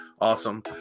awesome